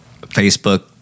Facebook